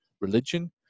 religion